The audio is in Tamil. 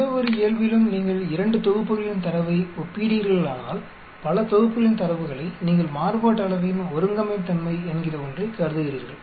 எந்தவொரு இயல்பிலும் நீங்கள் 2 தொகுப்புகளின் தரவை ஒப்பிடுகிறீர்களானால் பல தொகுப்புகளின் தரவுகளை நீங்கள் மாறுபாட்டு அளவையின் ஒருங்கமைத்தன்மை என்கிற ஒன்றை கருதுகிறீர்கள்